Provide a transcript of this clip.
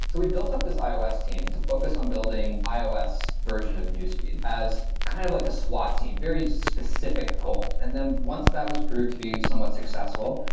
so, we built up this ios team to focus on building ios version of newsfeed as kind of like a swat team, very specific goal. and then once that was proved to be somewhat successful,